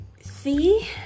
see